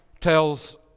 tells